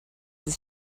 his